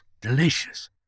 Delicious